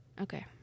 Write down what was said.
okay